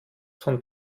von